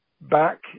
back